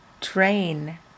train